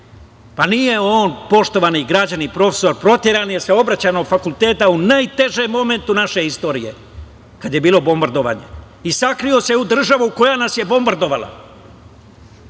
Pa, nije on, poštovani građani, profesor. Proteran Saobraćajnog fakulteta u najtežem momentu naše istorije, kada je bilo bombardovanje i sakrio se u državu koja nas je bombardovala